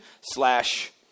slash